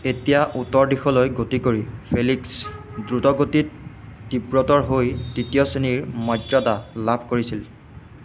এতিয়া উত্তৰ দিশলৈ গতি কৰি ফেলিক্স দ্ৰুতগতিত তীব্ৰতৰ হৈ তৃতীয় শ্ৰেণীৰ মৰ্যাদা লাভ কৰিছিল